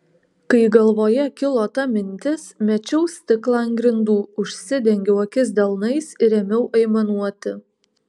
kai galvoje kilo ta mintis mečiau stiklą ant grindų užsidengiau akis delnais ir ėmiau aimanuoti